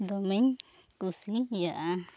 ᱫᱚᱢᱤᱧ ᱠᱩᱥᱤᱭᱟᱜᱼᱟ